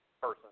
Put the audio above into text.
person